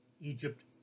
Egypt